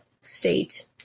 state